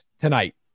tonight